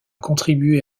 contribué